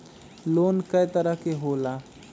Loan कय तरह के होला?